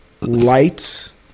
lights